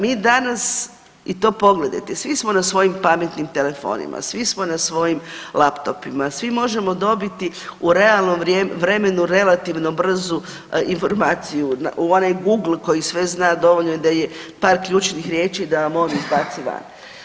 Mi danas i to pogledajte svi smo na svojim pametnim telefonima, svi smo na svojim laptopima, svi možemo dobiti u realnom vremenu realno brzu informaciju u onaj Google koji sve zna dovoljno je par ključnih riječi da vam on izbaci van.